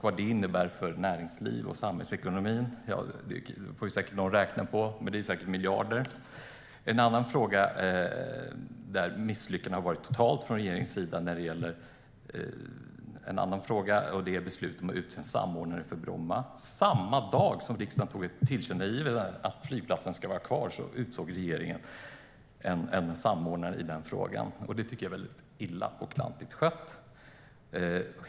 Vad det innebär för näringsliv och samhällsekonomi kan någon säkert räkna på - det är antagligen miljarder. En annan fråga där regeringens misslyckande varit totalt är beslutet att utse en samordnare för Bromma samma dag som riksdagen antog ett tillkännagivande om att flygplatsen ska vara kvar. Det tycker jag är illa och klantigt skött.